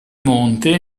monte